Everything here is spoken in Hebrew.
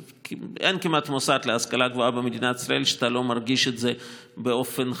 אין כמעט מוסד להשכלה גבוהה במדינת ישראל שאתה לא מרגיש את זה באופן חי,